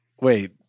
Wait